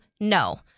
no